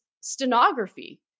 stenography